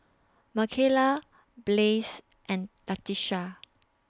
Mikaela Blaise and Latisha